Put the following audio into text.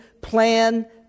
plan